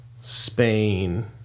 Spain